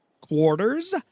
quarters